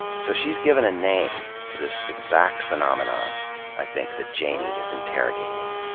so she has given a name to this exact phenomenon i think that janey is interrogating.